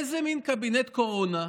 איזה מין קבינט קורונה,